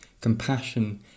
compassion